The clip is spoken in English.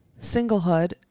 Singlehood